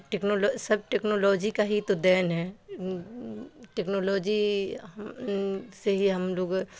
ٹیکنولو سب ٹیکنالوجی کا ہی تو دین ہے ٹیکنالوجی سے ہی ہم لوگ